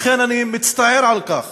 לכן אני מצטער על כך